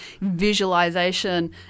visualization